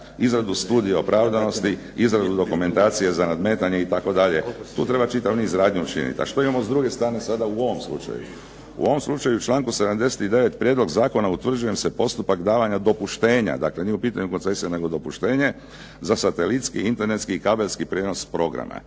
izradu studija opravdanosti, izradu dokumentacije za nadmetanje itd. Tu treba čitav niz radnji učiniti. A što imamo s druge strane sada u ovom slučaju. U ovom slučaju u članku 79. prijedlog zakona utvrđuje se postupak davanja dopuštenja. Dakle nije u pitanju koncesija, nego dopuštenje za satelitski, internetski i kabelski prijenos programa.